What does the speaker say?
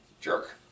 Jerk